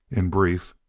in brief,